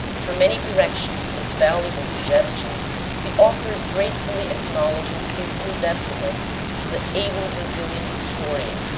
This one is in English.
for many corrections and valuable suggestions the author gratefully acknowledges his indebtedness to the able brazilian historian,